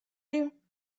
you